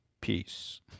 Peace